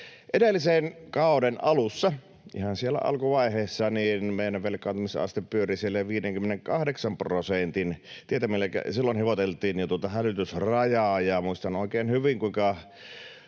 Edellisen kauden alussa, ihan siellä alkuvaiheessa, meidän velkaantumisaste pyöri jo 58 prosentin tietämillä. Silloin hivuteltiin jo tuota hälytysrajaa, ja muistan oikein hyvin, kuinka